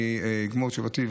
אני אגמור את תשובתי,